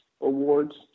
Awards